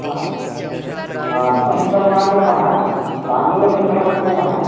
आ हा धनसङ्गहं न कुर्मः तण्डुलसङ्ग्रहणं कुर्मः